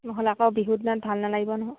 নহ'লে আকৌ বিহু দিনত ভাল নালাগিব নহয়